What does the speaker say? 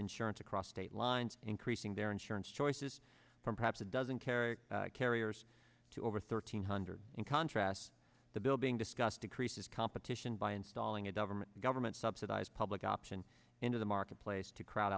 insurance across state lines increasing their insurance choices from perhaps a dozen carrier carriers to over thirteen hundred in contrast the bill being discussed increases competition by installing a government government subsidized public option into the marketplace to crowd